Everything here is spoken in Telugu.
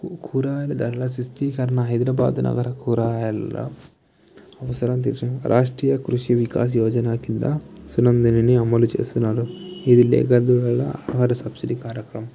కురగాయల ధరల సృష్టికరణ హైదరాబాదు నగర కూరగాయలలో రాష్ట్రీయ కృషి వికాసియోజన కింద సునందినిని అమలు చేస్తున్నారు ఇది ఏకగ్రీవంగా ఆరు సబ్సిడీ కార్యక్రమం